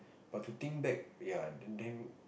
but to think back ya then then